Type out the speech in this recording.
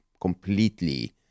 completely